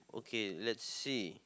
okay let's see